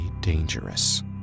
dangerous